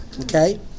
okay